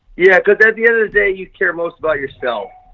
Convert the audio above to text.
yeah, cause at the end of the day you care most about yourself,